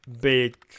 big